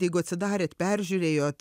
jeigu atsidarėt peržiūrėjot